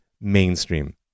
mainstream